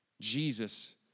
Jesus